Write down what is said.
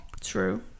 True